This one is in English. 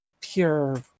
pure